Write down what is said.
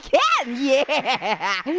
yeah yeah!